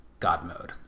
Godmode